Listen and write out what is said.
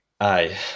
Aye